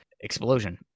explosion